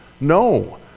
no